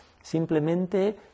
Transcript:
simplemente